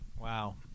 Wow